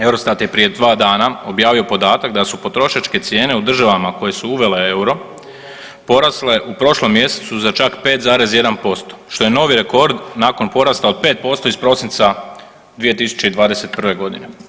EUROSTAT je prije dva dana objavio podatak da su potrošačke cijene u državama koje su uvele euro porasle u prošlom mjesecu za čak 5,1% što je novi rekord nakon porasta od 5% iz prosinca 2021. godine.